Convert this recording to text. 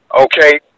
okay